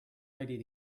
ready